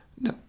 No